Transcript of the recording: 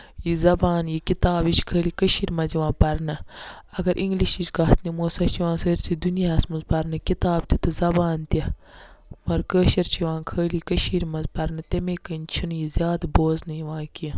یہِ زَبان یہِ کِتاب یہِ چھِ خٲلی یِوان کٔشیٖرِ منٛز پَرنہٕ اَگر اِنگلِشٕچ کَتھ نِمو سۄ چھےٚ یِوان سٲرسٕے دُنیاہَس منٛز پَرنہٕ کِتاب تہِ تہٕ زَبان تہِ مَگر کٲشِر چھِ یِوان خٲلی کٔشیٖر منٛز پَرنہٕ تَمہِ کِنۍ چھُنہٕ یہِ زیادٕ یِوان بوزنہٕ کیٚنہہ